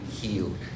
healed